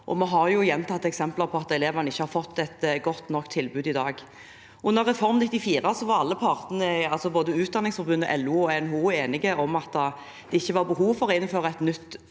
Vi har gjentatte eksempler på at elevene ikke har fått et godt nok tilbud i dag. Under Reform 94 var både Utdanningsforbundet, LO og NHO enige om at det ikke var behov for å innføre et nytt